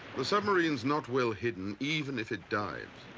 the submarine is not well hidden even if it dives.